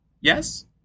yes